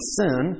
sin